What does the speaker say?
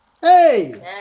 Hey